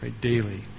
Daily